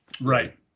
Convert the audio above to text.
Right